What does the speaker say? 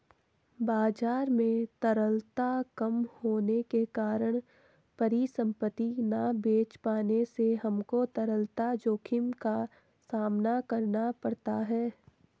बाजार में तरलता कम होने के कारण परिसंपत्ति ना बेच पाने से हमको तरलता जोखिम का सामना करना पड़ता है